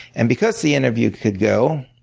and because the interview could go,